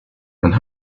and